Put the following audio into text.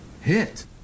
hit